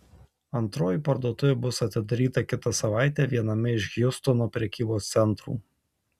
antroji parduotuvė bus atidaryta kitą savaitę viename iš hjustono prekybos centrų